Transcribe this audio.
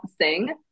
sing